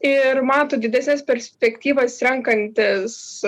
ir mato didesnes perspektyvas renkantis